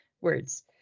words